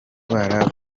ndwara